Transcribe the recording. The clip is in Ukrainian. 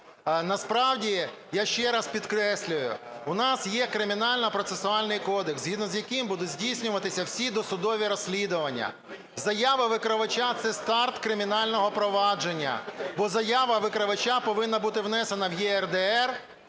Насправді, я ще раз підкреслюю, у нас є Кримінально-процесуальний кодекс, згідно з яким будуть здійснюватися всі досудові розслідування. Заява викривача – це старт кримінального провадження. Бо заява викривача повинна бути внесена в ЄРДР.